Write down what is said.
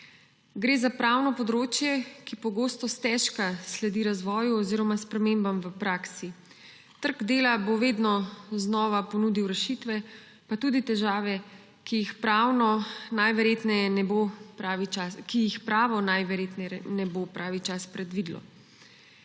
Gre za pravno področje, ki pogosto stežka sledi razvoju oziroma spremembam v praksi. Trg dela bo vedno znova ponudil rešitve pa tudi težave, ki jih pravo najverjetneje ne bo pravi čas predvidelo.